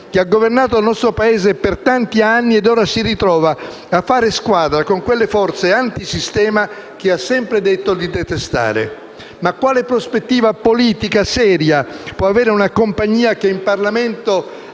che ha governato il nostro Paese per tanti anni e che ora si ritrova a fare squadra con quelle forze antisistema che ha sempre detto di detestare. Ma quale prospettiva politica seria può avere una compagnia che in Parlamento